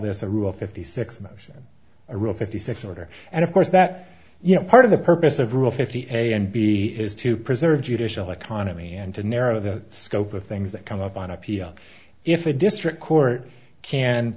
this a rule fifty six motion a rule fifty six order and of course that you know part of the purpose of rule fifty a and b is to preserve judicial economy and to narrow the scope of things that come up on a p r if a district court can